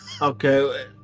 okay